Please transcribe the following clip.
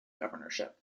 governorship